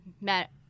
met